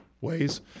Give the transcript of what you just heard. ways